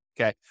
okay